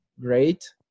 great